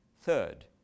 Third